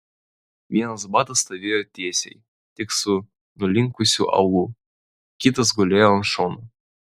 vienas batas stovėjo tiesiai tik su nulinkusiu aulu kitas gulėjo ant šono